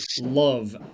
love